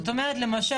למשל,